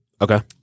okay